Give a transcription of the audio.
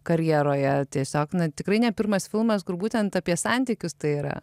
karjeroje tiesiog na tikrai ne pirmas filmas kur būtent apie santykius tai yra